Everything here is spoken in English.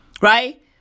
right